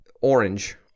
orange